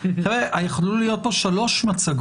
חברים, היו יכולות להיות פה שלוש מצגות,